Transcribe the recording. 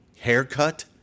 haircut